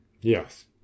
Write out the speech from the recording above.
Yes